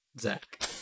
Zach